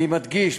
אני מדגיש,